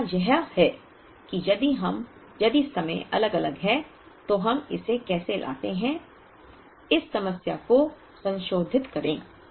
और तीसरा यह है कि यदि समय अलग अलग है तो हम इसे कैसे लाते हैं इस समस्या को संशोधित करें